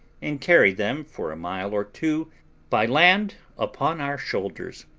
and carry them for a mile or two by land upon our shoulders.